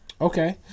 okay